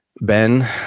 Ben